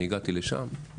אני הגעתי לשם.